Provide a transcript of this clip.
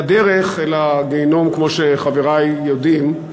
והדרך אל הגיהינום, כמו שחברי יודעים,